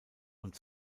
und